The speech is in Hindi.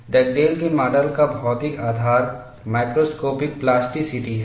डगडेल के माडल का भौतिक आधार मैक्रोस्कोपिक प्लास्टिसिटी है